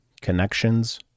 connections